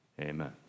Amen